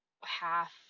half